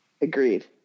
Agreed